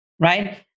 right